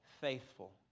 Faithful